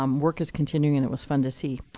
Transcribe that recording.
um work is continuing and it was fun to see.